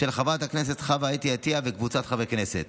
של חברת הכנסת חוה אתי עטייה וקבוצת חברי הכנסת.